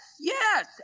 yes